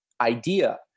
idea